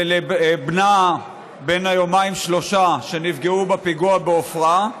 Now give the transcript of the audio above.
ולבנה בן היומיים-שלושה, שנפגעו בפיגוע בעפרה,